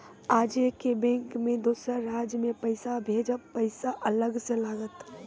आजे के बैंक मे दोसर राज्य मे पैसा भेजबऽ पैसा अलग से लागत?